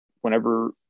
whenever